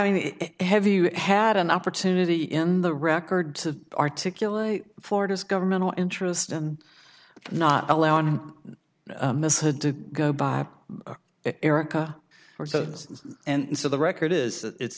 is have you had an opportunity in the record to articulate florida's governmental interest and not allow this had to go by erica or so and so the record is it's